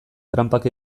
tranpak